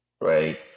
right